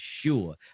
sure